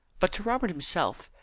but to robert himself,